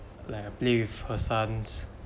like I play with her sons